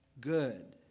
good